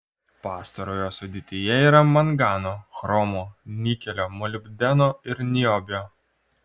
pastarojo sudėtyje yra mangano chromo nikelio molibdeno ir niobio